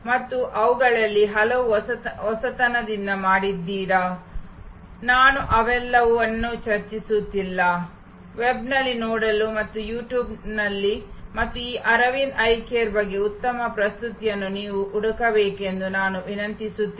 ಮತ್ತು ಅವುಗಳಲ್ಲಿ ಹಲವು ಹೊಸತನದಿಂದ ಮಾಡಿದ್ದೀರಾ ನಾನು ಅವೆಲ್ಲವನ್ನೂ ಚರ್ಚಿಸುತ್ತಿಲ್ಲ ವೆಬ್ನಲ್ಲಿ ನೋಡಲು ಮತ್ತು ಯು ಟ್ಯೂಬ್ನಲ್ಲಿ ಮತ್ತು ಈ ಅರವಿಂದ್ ಐ ಕೇರ್ ಬಗ್ಗೆ ಉತ್ತಮ ಪ್ರಸ್ತುತಿಗಳನ್ನು ನೀವು ಹುಡುಕಬೇಕೆಂದು ನಾನು ವಿನಂತಿಸುತ್ತೇನೆ